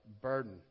burden